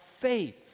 faith